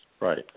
Right